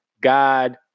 God